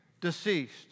deceased